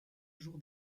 jour